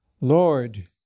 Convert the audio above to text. Lord